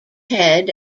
head